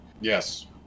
Yes